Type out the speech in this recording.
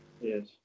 Yes